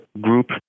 group